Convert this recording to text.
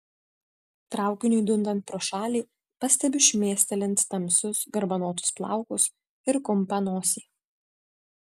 traukiniui dundant pro šalį pastebiu šmėstelint tamsius garbanotus plaukus ir kumpą nosį